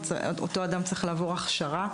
אותו אדם צריך לעבור הכשרה,